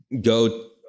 go